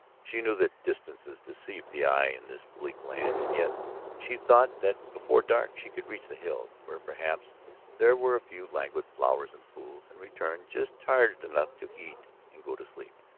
she knew that distances deceived the eye in this bleak land, and yet she thought that before dark she could reach the hills, where perhaps there were a few languid flowers and pools, and return just tired enough to eat and go to sleep.